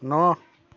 ন